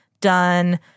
done